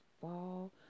fall